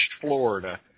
Florida